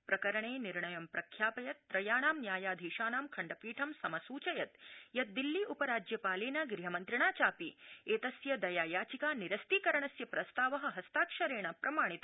प्रकरणे निर्णयं प्रख्यापयत् त्रयाणां न्यायाधीशानां खण्डपीठं समसूचयत् यत् दिल्ली उपराज्यपालेन गृहमन्त्रिणा चापि एतस्य दया याचिका निरस्तीकरणस्य प्रस्ताव हस्ताक्षरेण प्रमाणित